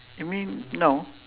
you mean now